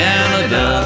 Canada